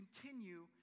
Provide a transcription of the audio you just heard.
continue